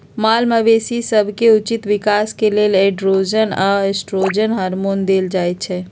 माल मवेशी सभके उचित विकास के लेल एंड्रोजन आऽ एस्ट्रोजन हार्मोन देल जाइ छइ